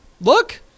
look